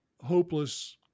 hopeless